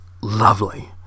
lovely